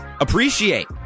Appreciate